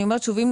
אני אומרת שוב,